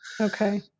Okay